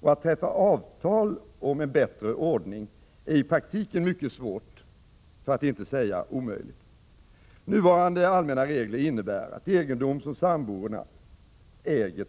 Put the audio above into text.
och att träffa avtal om en bättre ordning är i praktiken mycket svårt för att inte säga omöjligt.